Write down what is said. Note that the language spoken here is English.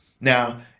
Now